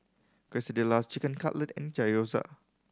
Quesadillas Chicken Cutlet and Gyoza